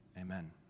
amen